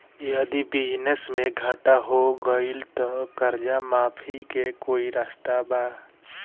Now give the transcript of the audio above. यदि बिजनेस मे घाटा हो गएल त कर्जा माफी के कोई रास्ता बा?